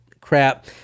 crap